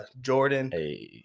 Jordan